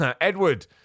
Edward